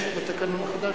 ובכן, 30 בעד,